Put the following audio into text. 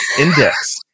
Index